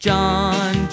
John